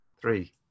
Three